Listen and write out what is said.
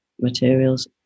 materials